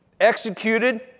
executed